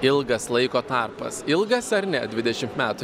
ilgas laiko tarpas ilgas ar ne dvidešimt metų